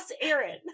Aaron